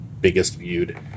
biggest-viewed